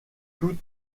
tout